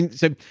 and so,